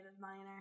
minor